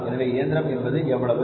எனவே இயந்திரம் என்பது எவ்வளவு